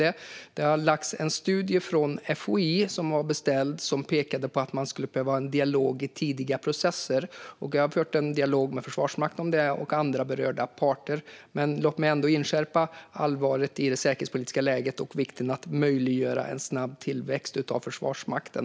Det har lagts fram en studie från FOI som var beställd och som pekade på att man skulle behöva ha en dialog i tidiga processer. Jag har fört en dialog med Försvarsmakten och andra berörda parter om detta, men låt mig ändå inskärpa allvaret i det säkerhetspolitiska läget och vikten av att möjliggöra en snabb tillväxt av Försvarsmakten.